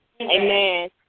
Amen